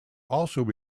also